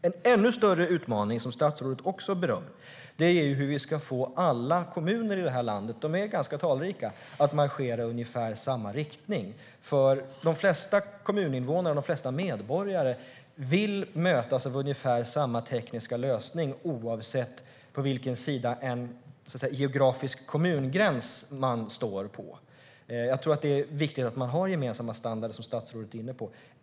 En ännu större utmaning som statsrådet också berör är hur vi ska få alla kommuner i det här landet - de är ganska talrika - att marschera i ungefär samma riktning. De flesta kommuninvånare och medborgare vill mötas av ungefär samma tekniska lösning, oavsett på vilken sida av en geografisk kommungräns man står. Det är viktigt att vi har gemensamma standarder, vilket statsrådet var inne på.